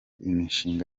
imishinga